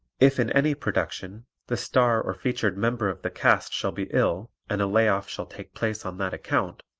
if in any production the star or featured member of the cast shall be ill and a lay-off shall take place on that account,